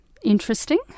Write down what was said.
interesting